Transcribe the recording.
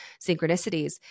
synchronicities